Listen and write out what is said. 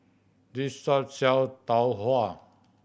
this shop sell Tau Huay